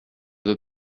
veut